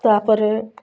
ତା'ପରେ